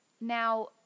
Now